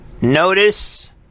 Notice